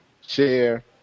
share